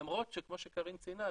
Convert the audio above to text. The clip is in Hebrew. למרות שכמו שקרין ציינה,